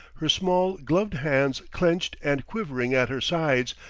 her small, gloved hands clenched and quivering at her sides,